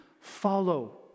follow